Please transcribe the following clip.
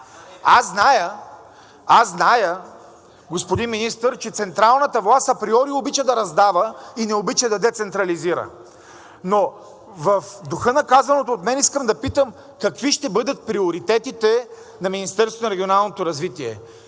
Аз зная, господин министър, че централната власт априори обича да раздава и не обича да децентрализира, но в духа на казаното от мен искам да питам какви ще бъдат приоритетите на Министерството на регионалното развитие,